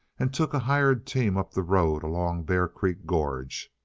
and took a hired team up the road along bear creek gorge.